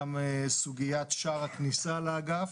גם סוגיית שער הכניסה לאגף,